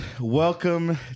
Welcome